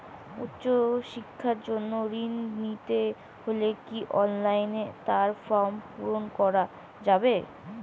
উচ্চশিক্ষার জন্য ঋণ নিতে হলে কি অনলাইনে তার ফর্ম পূরণ করা যাবে?